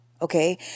Okay